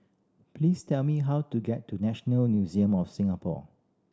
please tell me how to get to National Museum of Singapore